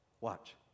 Watch